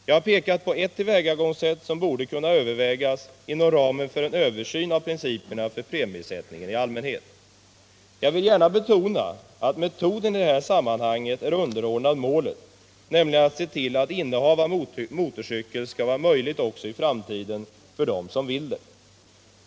Jag har pekat på ett tillvägagångssätt som borde kunna övervägas inom ramen för en översyn av principerna för premiesättningen i allmänhet. Jag vill gärna betona att metoden i det här sammanhanget är underordnad målet, nämligen att se till att innehav av motorcykel även i framtiden skall vara möjligt för den som vill äga motorcykel.